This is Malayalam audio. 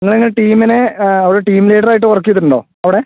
നിങ്ങൾ ഇങ്ങനെ ടീമിന് ഒരു ടീം ലീഡർ ആയിട്ട് വർക്ക് ചെയ്തിട്ട് ഉണ്ടോ അവിടെ